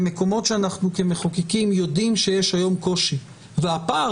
במקומות שאנחנו כמחוקקים יודעים שיש היום קושי והפער